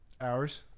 Hours